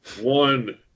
one